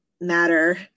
matter